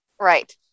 Right